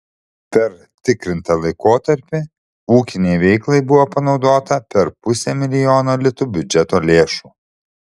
per tikrintą laikotarpį ūkinei veiklai buvo panaudota per pusę milijono litų biudžeto lėšų